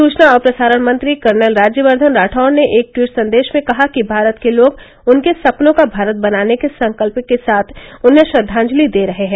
सुचना और प्रसारण मंत्री कर्नल राज्यवर्द्वन राठौड़ ने एक ट्वीट संदेश में कहा कि भारत के लोग उनके सपनों का भारत बनाने के संकल्प के साथ उन्हें श्रद्वांजलि दे रहे हैं